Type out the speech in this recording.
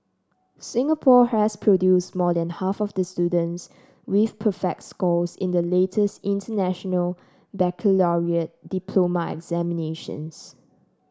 Singapore has produced more than half of the students with perfect scores in the latest International Baccalaureate diploma examinations